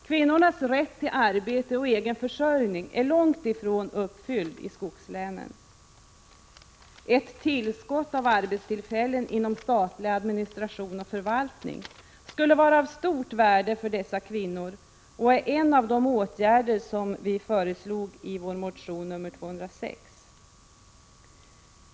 Kvinnors rätt till arbete och egen 21 maj 1987 försörjning är långt ifrån uppfylld i skogslänen. Ett tillskott av arbetstillfällen inom statlig administration och förvaltning skulle vara av stort värde för dessa kvinnor och är en av de åtgärder som vi föreslog i vår motion nr 206.